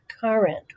current